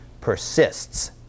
persists